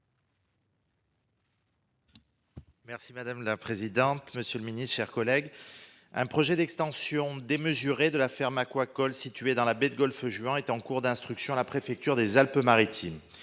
Merci madame la présidente. Monsieur le Ministre, chers collègues. Un projet d'extension démesurée de la ferme aquacole située dans la baie de Golfe-Juan est en cours d'instruction. La préfecture des Alpes Alpes-Maritimes.